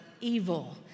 evil